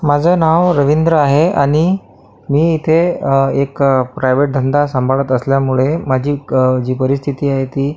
माझं नाव रविंद्र आहे आणि मी इथे एक प्रायवेट धंदा सांभाळत असल्यामुळे माझी क जी परिस्थिती आहे ती